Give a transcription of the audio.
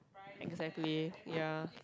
exactly ya